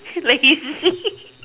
lazy